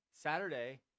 saturday